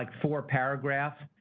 like four paragraphs,